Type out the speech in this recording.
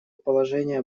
положение